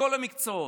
מכל המקצועות.